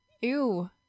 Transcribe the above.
Ew